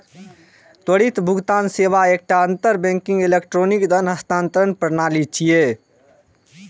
त्वरित भुगतान सेवा एकटा अंतर बैंकिंग इलेक्ट्रॉनिक धन हस्तांतरण प्रणाली छियै